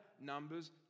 Numbers